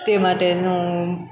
તે માટેનો